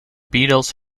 beatles